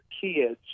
kids